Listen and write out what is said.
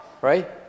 right